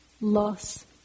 loss